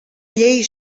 llei